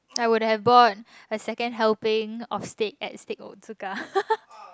I would have bought a second helping of state at Steak-Otsuka